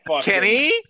Kenny